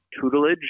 tutelage